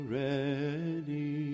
ready